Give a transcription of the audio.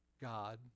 God